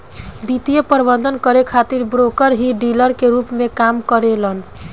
वित्तीय प्रबंधन करे खातिर ब्रोकर ही डीलर के रूप में काम करेलन